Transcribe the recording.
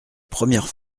première